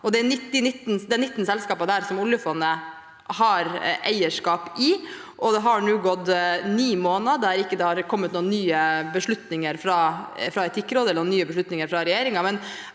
Det er 19 selskaper der som oljefondet har eierskap i, og det har nå gått ni måneder uten at det har kommet noen nye beslutninger fra Etikkrådet, eller noen nye beslutninger fra regjeringen.